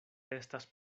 estas